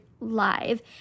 live